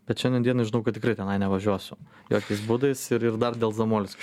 bet šiandien dienai žinau kad tikrai tenai nevažiuosiu jokiais būdais ir ir dar dėl zamolskio